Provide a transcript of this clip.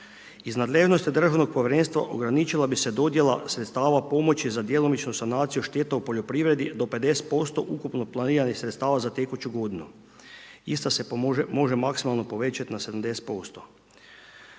Iz nadležnosti Državnog povjerenstva ograničila bi se dodjela sredstava pomoći za djelomičnu sanaciju šteta u poljoprivredi do 50% ukupno planiranih sredstava za tekuću godinu. Ista se može maksimalno povećati na 70%,